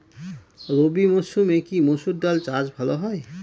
রবি মরসুমে কি মসুর ডাল চাষ ভালো হয়?